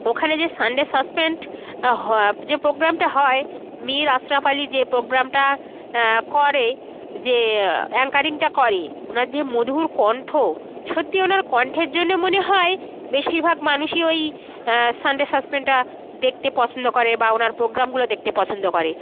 ওখানে যে Sunday suspense হ যে পোগ্রামটা হয় মীর আসরাফ আলি যে পোগ্রামটা করে যে অ্যাঙ্কারিংটা করে ওনার যে মধুর কন্ঠ সত্যি ওনার কণ্ঠের জন্য মনে হয় বেশিরভাগ মানুষই ওই সানডে সাসপেন্সটা দেখতে পছন্দ করে বা ওনার পোগ্রামগুলো দেখতে পছন্দ করে